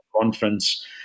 conference